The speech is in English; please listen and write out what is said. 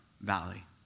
Valley